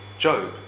Job